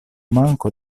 manko